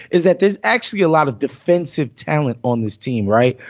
is that there's actually a lot of defensive talent on this team. right.